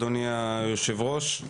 אדוני היושב ראש,